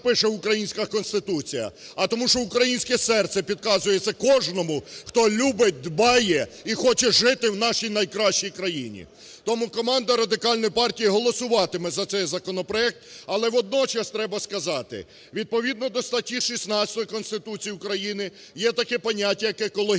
а тому що українське серце підказує це кожному, хто любить, дбає і хоче жити в нашій найкращій країні. Тому команда Радикальної партії голосуватиме за цей законопроект. Але водночас треба сказати, відповідно до статті 16 Конституції України є таке поняття, як екологічна